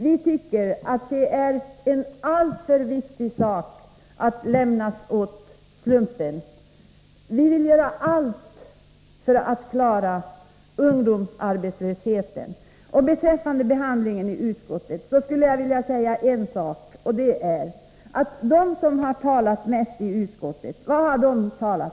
Vi tycker att detta är en alltför viktig sak att lämna åt slumpen. Vi vill göra allt för att klara ungdomsarbetslösheten. Beträffande behandlingen i utskottet skulle jag vilja säga en sak. Vad har de som talat mest i utskottet talat om?